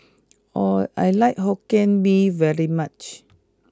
I like hokkien Mee very much